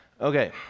Okay